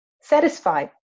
satisfied